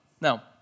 Now